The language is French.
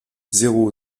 zéro